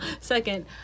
second